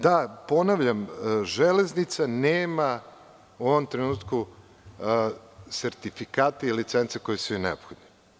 Da, ponavljam, „Železnica“ nema u ovom trenutku sertifikate i licence koje su joj neophodne.